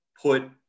put